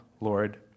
Lord